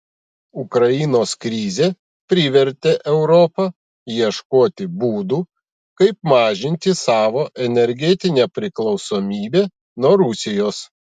ukrainos krizė privertė europą ieškoti būdų kaip mažinti savo energetinę priklausomybę nuo rusijos